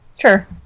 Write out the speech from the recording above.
Sure